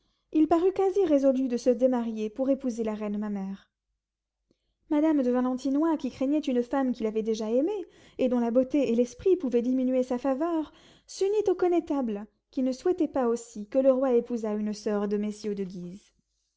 il parut quasi résolu de se démarier pour épouser la reine ma mère madame de valentinois qui craignait une femme qu'il avait déjà aimée et dont la beauté et l'esprit pouvaient diminuer sa faveur s'unit au connétable qui ne souhaitait pas aussi que le roi épousât une soeur de messieurs de guise